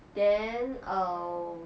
then err